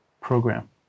program